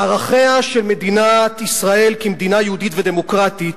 "מערכיה של מדינת ישראל כמדינה יהודית ודמוקרטית,